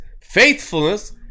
faithfulness